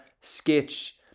Sketch